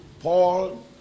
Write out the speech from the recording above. Paul